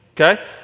okay